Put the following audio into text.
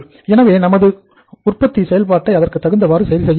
எனவே நமது உற்பத்தி செயல்பாட்டை அதற்கு தகுந்தவாறு சரி செய்ய வேண்டும்